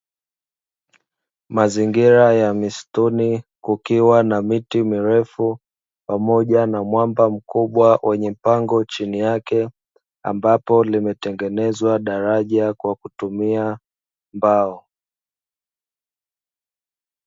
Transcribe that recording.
Mazingira ya msituni kukiwa na miti mirefu, pamoja mwamba mkubwa wenye pango chini yake ambapo limetengenezwa daraja kwa kutumia mbao.